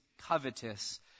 covetous